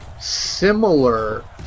similar